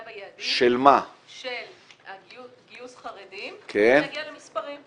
ביעדים של גיוס חרדים צריך להגיע למספרים,